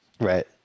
Right